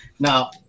Now